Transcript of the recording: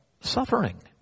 suffering